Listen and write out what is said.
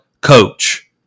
coach